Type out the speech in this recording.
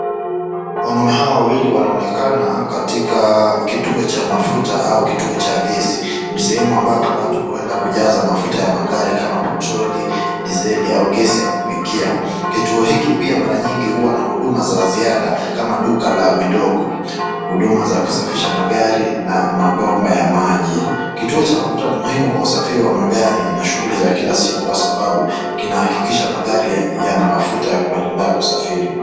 Wanaume hawa wawili wanaoneka katika kituo cha mafuta au kituo cha gesi ni sehemu ambapo watu huenda kujaza mafuta ya magari kama petroli, diseli au gesi ya kupikia kituo hiki pia mara nyingi huwa na huduma za ziada kama duka la vidogo, huduma za kusafisha magari na mabomba ya maji. Kituo cha mafuta ni muhimu kwa usafiri wa magari na shughuli za kila siku kwa sababu kinahakikisha magari yana mafuta ya kuendelea kusafiri.